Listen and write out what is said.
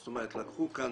זאת אומרת לקחו כאן